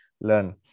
learn